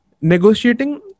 negotiating